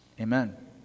Amen